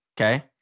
Okay